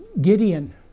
Gideon